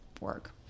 work